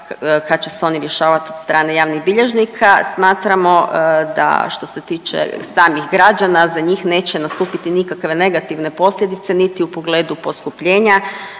kad će se oni rješavat od strane javnih bilježnika, smatramo da što se tiče samih građana za njih neće nastupiti nikakve negativne posljedice niti u pogledu poskupljenja